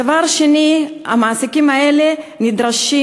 דבר שני, המעסיקים האלה נדרשים,